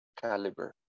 caliber